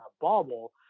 bubble